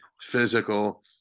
physical